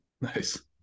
nice